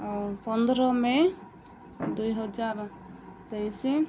ଆଉ ପନ୍ଦର ମେ ଦୁଇ ହଜାର ତେଇଶି